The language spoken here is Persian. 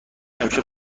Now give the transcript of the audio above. امشب